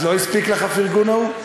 הייתי, אז לא הספיק לך הפרגון ההוא?